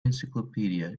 encyclopedia